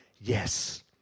yes